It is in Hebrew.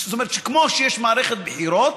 זאת אומרת שכמו שיש מערכת בחירות,